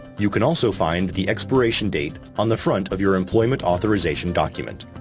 you can also find the expiration date on the front of your employment authorization document.